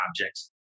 objects